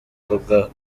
mbuga